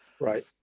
Right